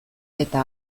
eta